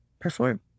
perform